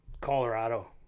Colorado